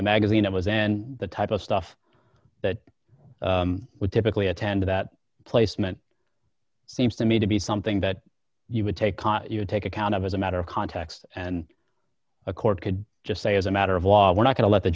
the magazine it was then the type of stuff that would typically attend that placement seems to me to be something that you would take on your take account of as a matter of context and a court could just say as a matter of law we're not going to let the